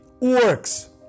works